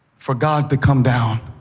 for god to come down